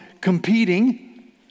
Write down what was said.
competing